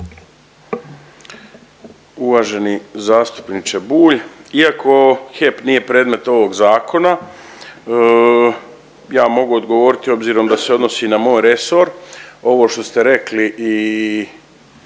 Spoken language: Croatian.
Uvaženi zastupniče Bulj, iako HEP nije predmet ovog zakona, ja mogu odgovoriti obzirom da se odnosi na moj resor. Ovo što ste rekli i